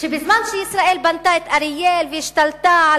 שבזמן שישראל בנתה את אריאל והשתלטה על